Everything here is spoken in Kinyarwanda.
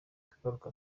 akagaruka